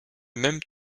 même